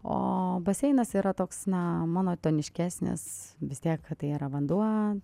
o baseinas yra toks na monotoniškesnis vis tiek tai yra vanduo